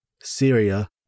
Syria